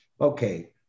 okay